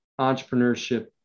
entrepreneurship